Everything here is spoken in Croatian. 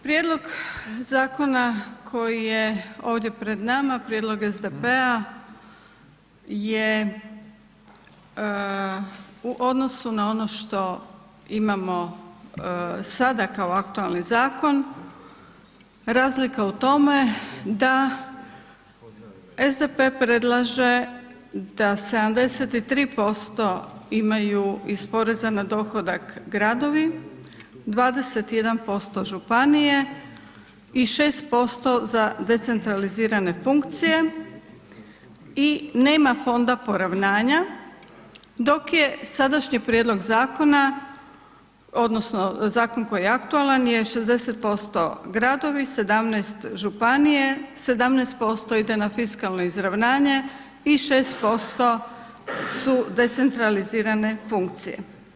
Prijedlog zakona koji je ovdje pred nama, prijedlog SDP-a je u odnosu na ono što imamo sada kao aktualni zakon, razlika u tome da SDP predlaže da 73% imaju iz poreza na dohodak gradovi, 21% županije i 6% za decentralizirane funkcije i nema fonda poravnanja dok je sadašnji prijedlog zakona odnosno zakon koji je aktualan je 60% gradovi, 17% županije, 17% ide na fiskalno izravnanje i 6% su decentralizirane funkcije.